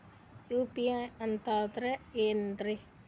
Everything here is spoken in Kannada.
ಯು.ಪಿ.ಐ ಅಂತಂದ್ರೆ ಏನ್ರೀ?